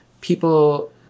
people